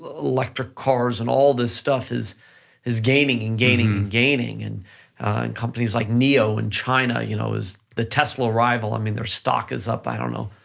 ah electric cars and all this stuff is is gaining and gaining and gaining and companies like neo in china, you know is the tesla rival, i mean, their stock is up, i don't know,